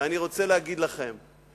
ואני רוצה להגיד לכם,